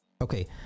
Okay